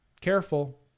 Careful